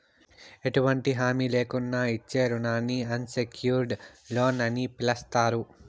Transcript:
ఎటువంటి హామీ లేకున్నానే ఇచ్చే రుణానికి అన్సెక్యూర్డ్ లోన్ అని పిలస్తారు